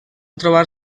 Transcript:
trobar